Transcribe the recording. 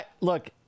look